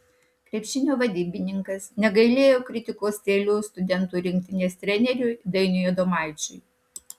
krepšinio vadybininkas negailėjo kritikos strėlių studentų rinktinės treneriui dainiui adomaičiui